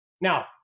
Now